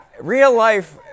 real-life